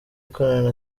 ikorana